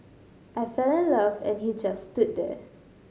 I fell in love and he just stood there